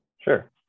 Sure